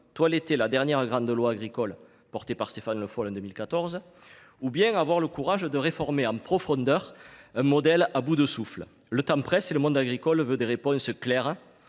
toiletter la dernière grande loi agricole, défendue par Stéphane Le Foll en 2014, ou bien aurez vous le courage de réformer en profondeur un modèle à bout de souffle ? Le temps presse et le monde agricole veut des réponses claires